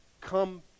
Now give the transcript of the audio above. come